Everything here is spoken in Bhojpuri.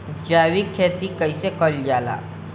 जैविक खेती कईसे कईल जाला?